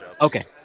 Okay